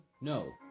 No